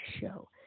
show